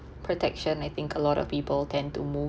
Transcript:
protection I think a lot of people tend to mo~